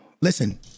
Listen